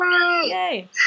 yay